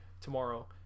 tomorrow